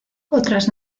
otras